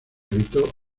habitó